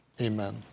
Amen